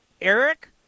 Eric